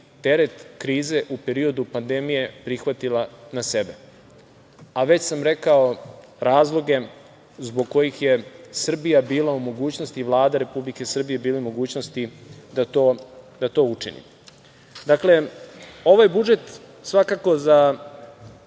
teret krize u periodu pandemije prihvatila na sebe. Već sam rekao razloge zbog kojih je Srbija bila u mogućnosti i Vlada Republike Srbije da to učini. Ovaj budžet za